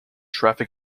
traffic